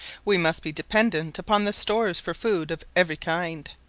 we must be dependent upon the stores for food of every kind.